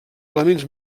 elements